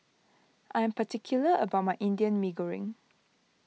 I am particular about my Indian Mee Goreng